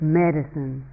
medicine